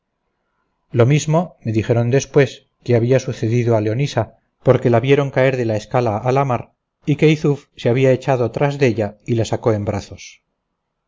lo mismo me dijeron después que había sucedido a leonisa porque la vieron caer de la escala a la mar y que yzuf se había echado tras della y la sacó en brazos